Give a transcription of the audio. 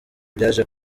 byaje